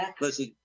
listen